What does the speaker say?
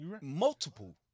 Multiple